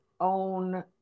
own